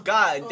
God